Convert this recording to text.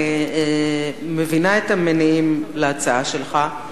אני מבינה את המניעים להצעה שלך.